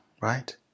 right